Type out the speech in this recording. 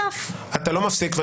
יואב, אתה לא מפסיק.